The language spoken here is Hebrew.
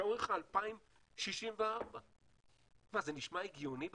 עכשיו אומרים לך 2064. מה, זה נשמע הגיוני בכלל?